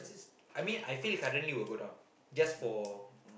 I mean I feel currently will go down just for